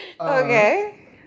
Okay